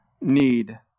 need